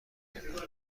برگرداند